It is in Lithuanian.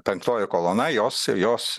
penktoji kolona jos jos